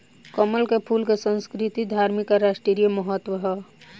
कमल के फूल के संस्कृतिक, धार्मिक आ राष्ट्रीय महत्व ह